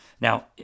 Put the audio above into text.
Now